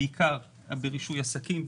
בעיקר ברישוי עסקים,